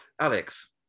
Alex